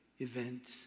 event